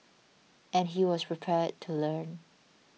and he was prepared to learn